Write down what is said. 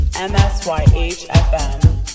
M-S-Y-H-F-M